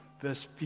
Verse